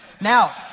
Now